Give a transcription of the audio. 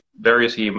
various